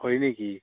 হয় নেকি